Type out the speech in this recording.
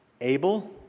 Abel